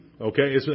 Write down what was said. okay